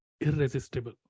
irresistible